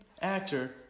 actor